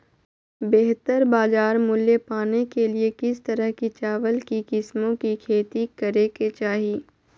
बेहतर बाजार मूल्य पाने के लिए किस तरह की चावल की किस्मों की खेती करे के चाहि?